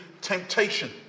temptation